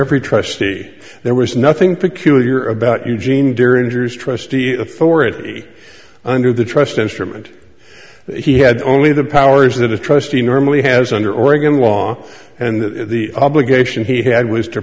every trustee there was nothing peculiar about eugene dear injures trustee authority under the trust instrument and he had only the powers that a trustee normally has under oregon law and the obligation he had was to